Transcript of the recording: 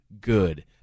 good